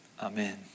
Amen